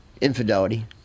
infidelity